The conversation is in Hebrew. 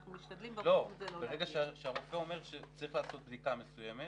לא, ברגע שהרופא אומר שצריך לעשות בדיקה מסוימת